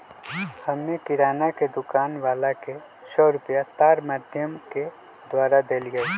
हम्मे किराना के दुकान वाला के सौ रुपईया तार माधियम के द्वारा देलीयी